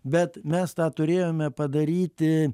bet mes tą turėjome padaryti